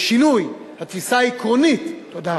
התפיסה העקרונית, תודה.